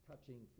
touching